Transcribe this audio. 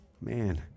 man